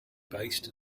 based